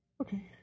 Okay